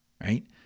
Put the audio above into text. right